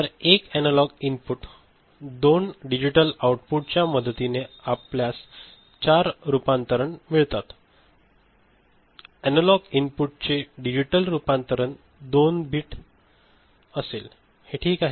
तर 1 analogue input 2 digital output च्या मदतीने आपल्यास 4 रूपांतरण मिळतातएनालॉग ते डिजिटल रूपांतरण 2 बिट ते ठीक आहे